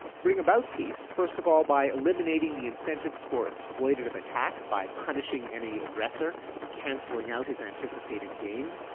bring about peace. first of all by eliminating the incentives for exploitive attack by punishing any aggressor and canceling out his anticipated gain.